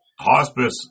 Hospice